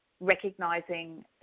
recognizing